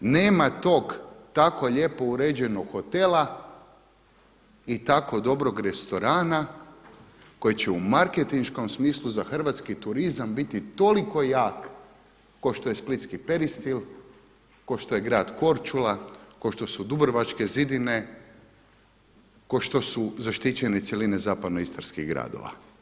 Nema tog tako lijepo uređenog hotela i tako dobrog restorana koji će u marketinškom smislu za hrvatski turizam biti toliko jak kao što je splitski peristil, kao što je grad Korčula, kao što su dubrovačke zidine, kao što su zaštićene cjeline zapadno istarskih gradova.